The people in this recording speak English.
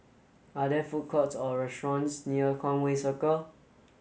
are there food courts or restaurants near Conway Circle